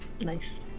nice